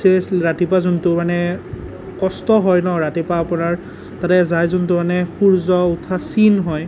চিৰিয়াছলী ৰতিপুৱা যোনটো মানে কষ্ট হয় ন ৰাতিপুৱাৰ আপোনাৰ তাতে যায় যোনটো মানে সূৰ্য উঠা চিন হয়